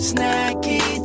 Snacky